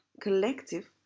collective